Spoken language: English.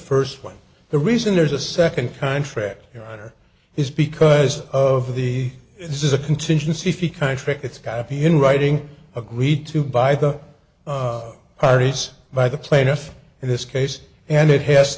first one the reason there's a second contract your honor is because of the this is a contingency fee contract it's got to be in writing agreed to by the parties by the plaintiff in this case and it has